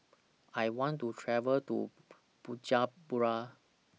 I want to travel to Bujumbura